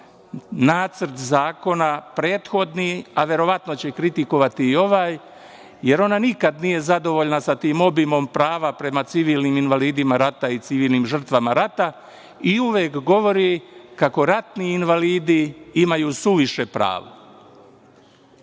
nacrt zakona prethodni, a verovatno će kritikovati i ovaj, jer ona nikada nije zadovoljna sa tim obimom prava prema civilnim invalidima rata i civilnim žrtvama rata i uvek govori kako ratni invalidi imaju suviše